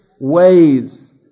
ways